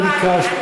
וביקשת,